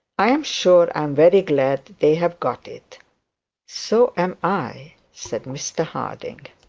i am sure i am very glad they have got it so am i said mr harding.